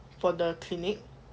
for the clinic